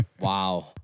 Wow